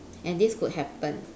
and this could happen